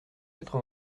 quatre